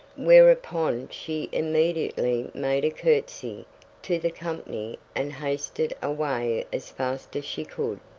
whereupon she immediately made a courtesy to the company and hasted away as fast as she could.